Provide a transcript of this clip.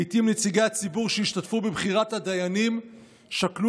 לעיתים נציגי הציבור שהשתתפו בבחירת הדיינים שקלו